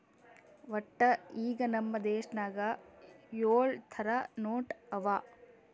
ವಟ್ಟ ಈಗ್ ನಮ್ ದೇಶನಾಗ್ ಯೊಳ್ ಥರ ನೋಟ್ ಅವಾ